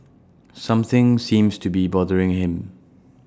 something seems to be bothering him